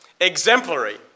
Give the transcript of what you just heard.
Exemplary